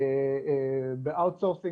באמצעות מיקור חוץ,